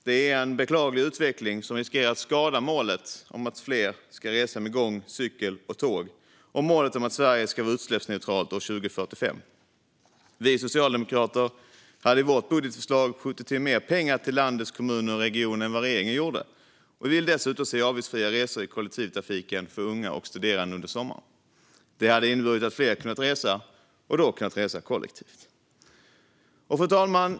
Det är en beklaglig utveckling som riskerar att skada målet att fler ska resa med gång, cykel och tåg och målet att Sverige ska vara utsläppsneutralt år 2045. Vi socialdemokrater hade i vårt budgetförslag skjutit till mer pengar till landets kommuner och regioner än vad regeringen gjorde, och vi ville dessutom se avgiftsfria resor i kollektivtrafiken för unga och studerande under sommaren. Det hade inneburit att fler kunnat resa och då rest kollektivt. Fru talman!